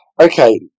Okay